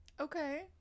okay